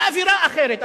האווירה אחרת,